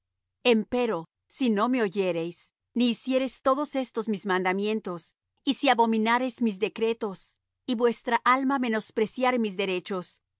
alto empero si no me oyereis ni hiciereis todos estos mis mandamientos y si abominareis mis decretos y vuestra alma menospreciare mis derechos